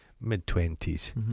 Mid-twenties